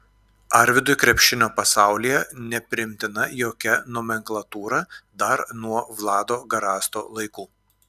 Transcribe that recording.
arvydui krepšinio pasaulyje nepriimtina jokia nomenklatūra dar nuo vlado garasto laikų